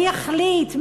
מי יחליט,